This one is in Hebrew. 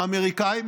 האמריקאים,